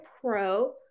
pro